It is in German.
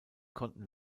konnten